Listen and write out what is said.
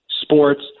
sports